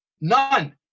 none